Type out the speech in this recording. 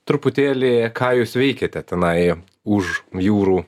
truputėlį ką jūs veikiate tenai už jūrų